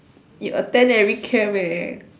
you attend every camp eh